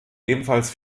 ebenfalls